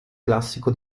classico